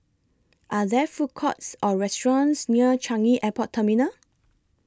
Are There Food Courts Or restaurants near Changi Airport Terminal